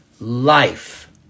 life